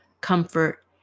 comfort